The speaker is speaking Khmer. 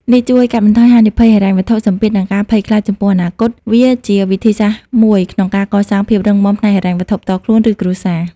នេះជួយកាត់បន្ថយហានិភ័យហិរញ្ញវត្ថុ សម្ពាធ និងការភ័យខ្លាចចំពោះអនាគត វាជាវិធីសាស្ត្រមួយក្នុងការកសាងភាពរឹងមាំផ្នែកហិរញ្ញវត្ថុផ្ទាល់ខ្លួន ឬគ្រួសារ។